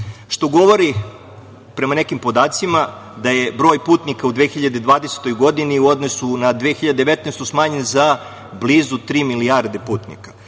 što govori, prema nekim podacima, da je broj putnika u 2020. godini, u odnosu na 2019. godinu, smanjen za blizu tri milijarde putnika.